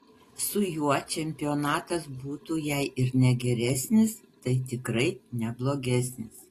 su juo čempionatas būtų jei ir ne geresnis tai tikrai ne blogesnis